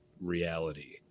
reality